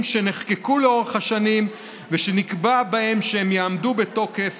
שנחקקו לאורך השנים ושנקבע בהם שהם יעמדו בתוקף